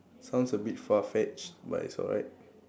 sounds a bit far fetched but it's alright